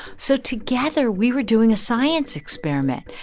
so together, we were doing a science experiment.